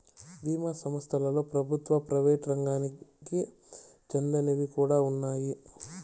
బీమా సంస్థలలో ప్రభుత్వ, ప్రైవేట్ రంగాలకి చెందినవి కూడా ఉన్నాయి